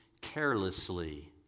carelessly